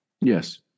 Yes